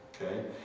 okay